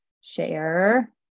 Share